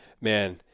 man